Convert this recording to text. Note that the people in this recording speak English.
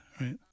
right